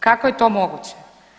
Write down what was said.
Kako je to moguće?